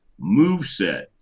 moveset